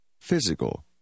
physical